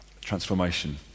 Transformation